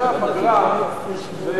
אם המליאה תהיה אחרי הפגרה,